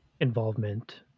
involvement